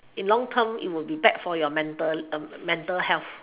in long term it would bad for your mental mental health